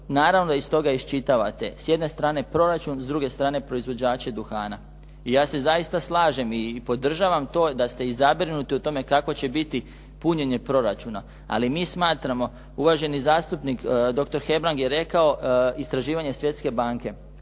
naravno iz toga iščitavate, s jedne strane proračun, s druge strane proizvođače duhana i ja se zaista slažem i podržavam to da ste i zabrinuti u tome kako će biti punjenje proračuna. Ali mi smatramo, uvaženi zastupnik dr. Hebrang je rekao istraživanje Svjetske banke.